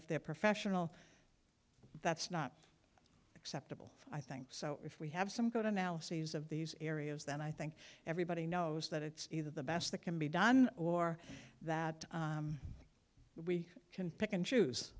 if they're professional that's not acceptable i think so if we have some good analyses of these areas then i think everybody knows that it's either the best that can be done or that we can pick and choose